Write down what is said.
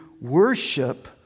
worship